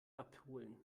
abholen